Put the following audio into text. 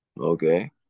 Okay